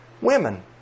women